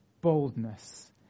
boldness